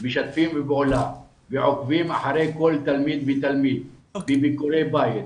משתפים פעולה ועוקבים אחרי כל תלמיד ותלמיד עם ביקורי בית,